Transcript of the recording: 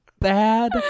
bad